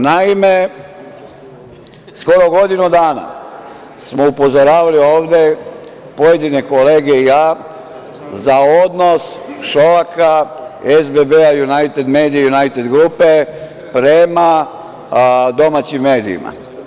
Naime, skoro godinu dana smo upozoravali ovde pojedine kolege i ja za odnos Šolaka, SBB, „Junajted medije“ i „Junajted grupe“ prema domaćim medijima.